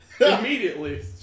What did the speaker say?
Immediately